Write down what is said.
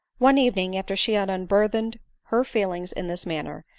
one evening after she had unburthened her feelings in this manner,